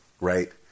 right